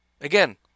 Again